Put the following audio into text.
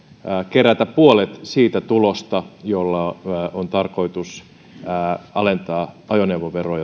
kerätä puolet siitä tulosta jolla on tarkoitus alentaa ajoneuvoveroa